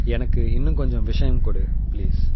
எனக்கு இன்னும் கொஞ்சம் விஷயம் கொடு ப்ளீஸ்